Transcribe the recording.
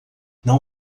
não